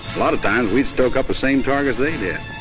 a lot of times, we'd stoke up the same targets they did.